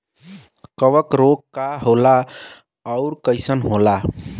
कवक रोग का होला अउर कईसन होला?